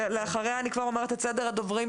לאחריה אני כבר אומרת את סדר הדוברים,